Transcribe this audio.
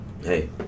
hey